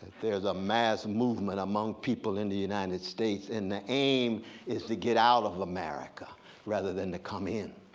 there's a mass and movement among people in the united states, and the aim is to get out of america rather than to come in.